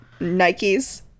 nikes